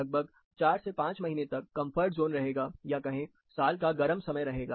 लगभग 4 से 5 महीने तक कंफर्ट जोन रहेगा या कहें साल का गरम समय रहेगा